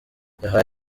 yahawe